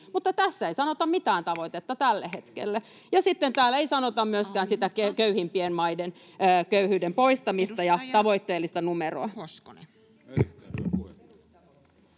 mutta tässä ei sanota mitään tavoitetta tälle hetkelle. Ja sitten täällä ei sanota myöskään [Puhemies: Aika!] sitä köyhimpien maiden köyhyyden poistamista ja tavoitteellista numeroa.